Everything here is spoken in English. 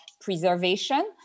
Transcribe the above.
preservation